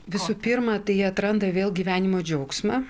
visų pirma tai jie atranda vėl gyvenimo džiaugsmą